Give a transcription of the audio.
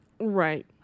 Right